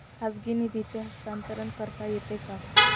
खाजगी निधीचे हस्तांतरण करता येते का?